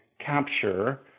capture